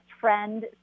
friend